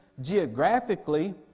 geographically